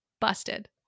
Busted